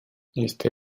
este